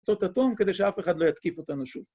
פצצות אטום כדי שאף אחד לא יתקיף אותנו שוב.